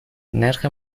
نرخ